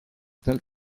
tal